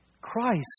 Christ